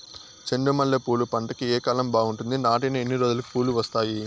చెండు మల్లె పూలు పంట కి ఏ కాలం బాగుంటుంది నాటిన ఎన్ని రోజులకు పూలు వస్తాయి